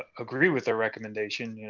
ah agree with the recommendation,